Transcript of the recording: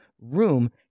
room